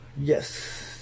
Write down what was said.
Yes